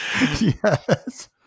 Yes